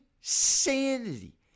Insanity